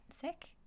sick